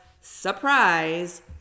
surprise